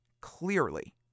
clearly